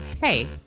Hey